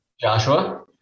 Joshua